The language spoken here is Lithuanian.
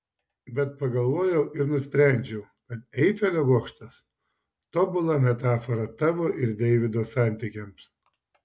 bet pagalvojau ir nusprendžiau kad eifelio bokštas tobula metafora tavo ir deivido santykiams